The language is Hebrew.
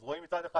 אז רואים מצד אחד